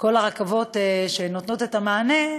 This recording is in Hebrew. כל הרכבות שנותנות את המענה,